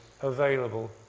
available